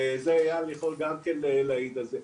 וזה איל יכול גם כן להעיד על זה,